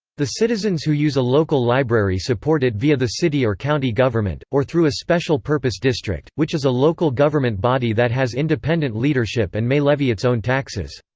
the citizens who use a local library support it via the city or county government, or through a special-purpose district, which is a local government body that has independent leadership and may levy its own taxes.